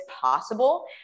possible